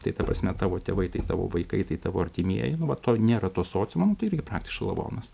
tai ta prasme tavo tėvai tai tavo vaikai tai tavo artimieji nu va to nėra to sociumo nu tai irgi praktiškai lavonas